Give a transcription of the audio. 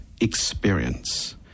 experience